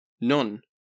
None